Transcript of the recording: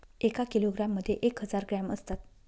एका किलोग्रॅम मध्ये एक हजार ग्रॅम असतात